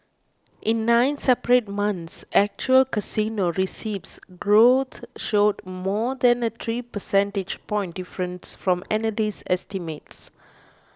in nine separate months actual casino receipts growth showed more than a three percentage point difference from analyst estimates